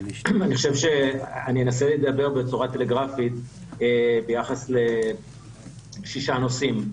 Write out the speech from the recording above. אני אנסה לדבר בצורה טלגרפית ביחס לשישה נושאים.